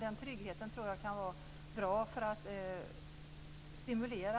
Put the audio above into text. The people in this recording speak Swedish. Den tryggheten kan vara bra för att stimulera